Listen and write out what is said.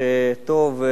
שטוב,